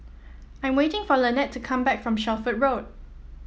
I am waiting for Lanette to come back from Shelford Road